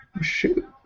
Shoot